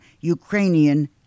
Ukrainian